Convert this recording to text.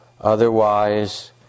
Otherwise